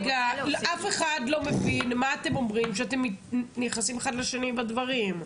אף אחד לא מבין מה אתם אומרים כשאתם נכנסים אחד לדברים של השני.